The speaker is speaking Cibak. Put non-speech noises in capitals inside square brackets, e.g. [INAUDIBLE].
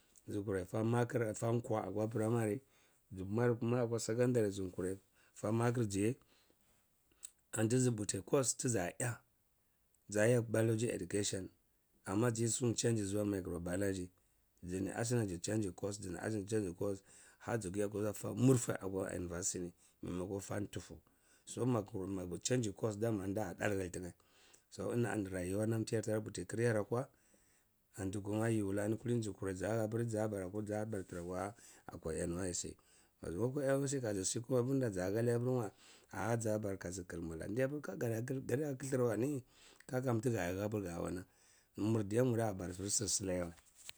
Zikurai fa maklir fa kwa akwa primay zimwar kuma akwa secondreh zikurai fa makhir ziyer [HESITATION] antizi puti course tiza ya zaya biology education amma zisi chayi zuwa micro-biology zini asina zi chanyi course harji kirya kusan fa murfeh akwa universini maimakon fa tufu so magi chanyi course damanda dallot tiyeh so emi ani rayuwa nam tiyar pitikir yar akwa anti kuma yi wula zi kurai za hah pir zah bara ko bara tira kwa nysc mazi mwar akwa nysc kazisit kuma virda zahani appir ngwa ahh zabara kaji kilmwala ndya pir ka kadi aka khinir wani ka kami tiga hapir ga wanan mur diya muradiya bara sir silai weh.